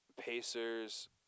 Pacers